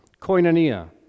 Koinonia